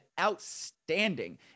outstanding